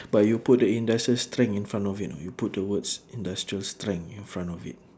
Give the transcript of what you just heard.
but you put the industrial strength in front of it you know you put the words industrial strength in front of it